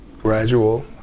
gradual